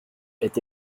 est